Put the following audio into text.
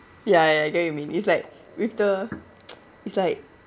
ya ya I get you mean it's like with the it's like